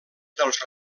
dels